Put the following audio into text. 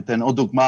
אני אתן עוד דוגמה,